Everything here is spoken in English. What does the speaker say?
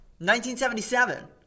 1977